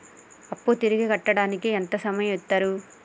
అప్పు తిరిగి కట్టడానికి ఎంత సమయం ఇత్తరు?